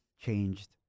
changed